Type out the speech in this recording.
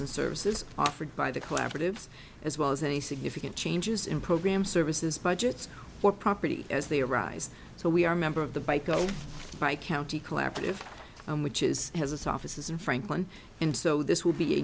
and services offered by the collaborative as well as any significant changes in program services budgets for property as they arise so we are member of the bike go by county collaborative which is has its offices in franklin and so this will be